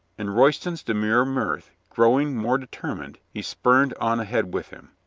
and royston's demure mirth growing more determined, he spurred on ahead with him.